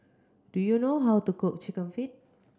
do you know how to cook Chicken Feet